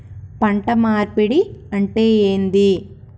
పంట మార్పిడి అంటే ఏంది?